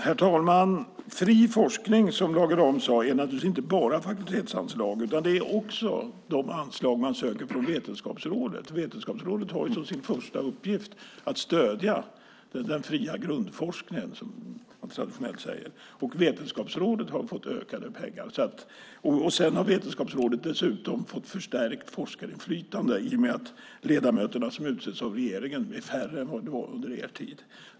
Herr talman! Fri forskning är, som Lage Rahm sade, naturligtvis inte bara fakultetsanslag. Det är också de anslag som man söker på Vetenskapsrådet. Det har som sin första uppgift att stödja den fria grundforskningen, som man traditionellt säger. Vetenskapsrådet har fått ökade anslag och dessutom förstärkt forskarinflytande i och med att ledamöterna som utses av regeringen är färre än vad de var under er tid.